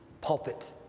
pulpit